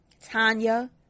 Tanya